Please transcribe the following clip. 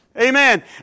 Amen